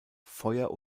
feuer